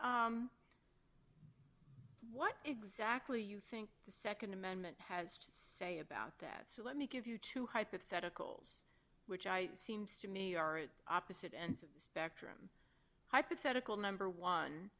you what exactly you think the nd amendment has to say about that so let me give you two hypotheticals which i seems to me are at opposite ends of the spectrum hypothetical number one